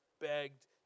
begged